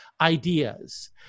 ideas